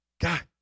God